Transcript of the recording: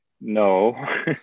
no